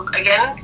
again